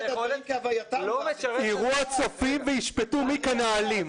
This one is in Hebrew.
היכולת --- יראו הצופים וישפטו מי כאן האלים.